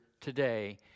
today